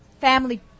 family